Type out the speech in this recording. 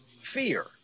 fear